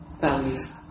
values